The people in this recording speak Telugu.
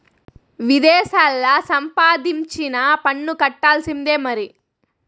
విదేశాల్లా సంపాదించినా పన్ను కట్టాల్సిందే మరి